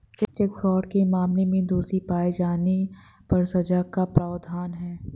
check fraud के मामले में दोषी पाए जाने पर सजा का प्रावधान है